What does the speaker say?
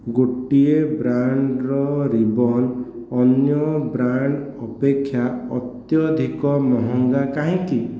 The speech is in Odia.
ଗୋଟିଏ ବ୍ରାଣ୍ଡ୍ର ରିବନ୍ ଅନ୍ୟ ବ୍ରାଣ୍ଡ୍ ଅପେକ୍ଷା ଅତ୍ୟଧିକ ମହଙ୍ଗା କାହିଁକି